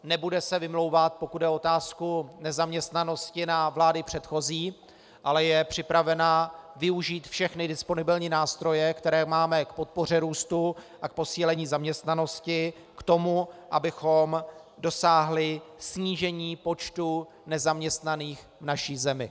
Nebude se vymlouvat, pokud jde o otázku nezaměstnanosti na vlády předchozí, ale je připravena využít všechny disponibilní nástroje, které máme, k podpoře růstu a k posílení zaměstnanosti, k tomu, abychom dosáhli snížení počtu nezaměstnaných v naší zemi.